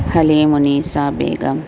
حلیم Unnisa بیگم